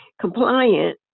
compliant